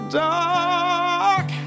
dark